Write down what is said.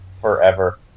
Forever